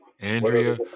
Andrea